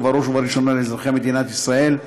ובראש ובראשונה לאזרחי מדינת ישראל.